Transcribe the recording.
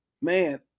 man